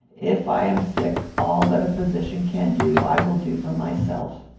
if i am sick, all that a physician can do, i will do for myself,